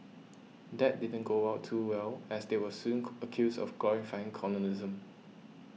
that didn't go well too well as they were soon accused of glorifying colonialism